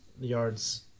yards